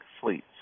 fleets